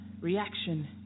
reaction